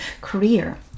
career